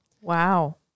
Wow